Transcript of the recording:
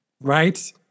right